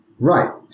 right